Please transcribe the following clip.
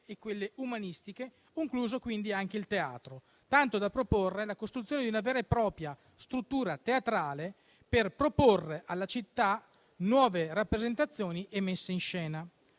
a quelle umanistiche, compreso anche il teatro, tanto da pensare alla costruzione di una vera e propria struttura teatrale per proporre alla città nuove rappresentazioni e messe in scena.